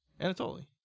Anatoly